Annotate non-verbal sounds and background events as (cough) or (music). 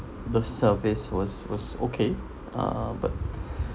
the surface was was okay uh but (breath)